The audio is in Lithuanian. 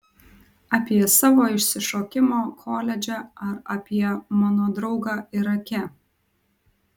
apie savo išsišokimą koledže ar apie mano draugą irake